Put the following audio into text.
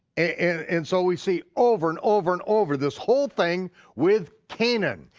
and and so we see over and over and over this whole thing with canaan,